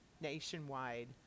nationwide